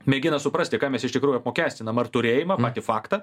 mėgina suprasti ką mes iš tikrųjų apmokestinam ar turėjimą patį faktą